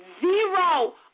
zero